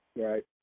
right